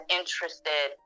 interested